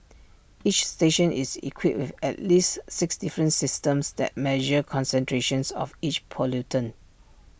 each station is equipped with at least six different systems that measure concentrations of each pollutant